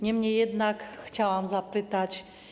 Niemniej jednak chciałabym zapytać.